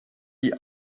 die